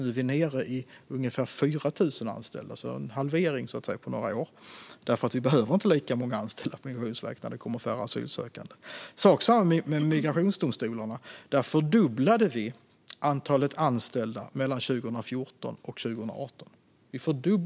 Nu är vi nere i ungefär 4 000 anställda, alltså en halvering på några år. Vi behöver nämligen inte lika många anställda på Migrationsverket när det kommer färre asylsökande. Det är samma sak med migrationsdomstolarna. Där fördubblade vi antalet anställda mellan 2014 och 2018.